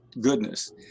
goodness